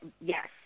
yes